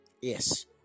Yes